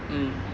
mm